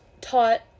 taught